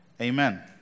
Amen